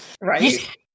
Right